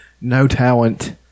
no-talent